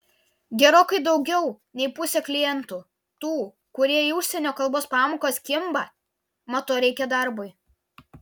gerokai daugiau nei pusė klientų tų kurie į užsienio kalbos pamokas kimba mat to reikia darbui